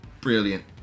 Brilliant